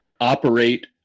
operate